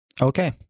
Okay